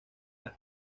las